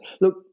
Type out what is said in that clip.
Look